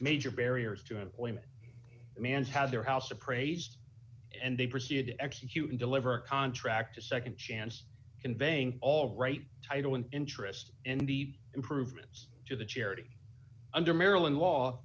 major barriers to employment mans has their house appraised and they proceeded execute and deliver a contract a nd chance conveying all right title and interest in the improvements to the charity under maryland law